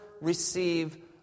receive